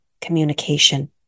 communication